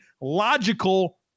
logical